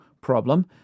problem